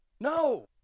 No